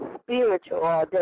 spiritual